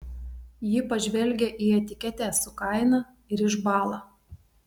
ji pažvelgia į etiketę su kaina ir išbąla